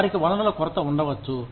వారికి వనరుల కొరత ఉండవచ్చు